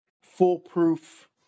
foolproof